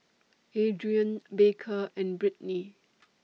Adriene Baker and Brittni